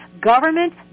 government